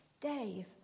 Dave